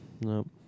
Nope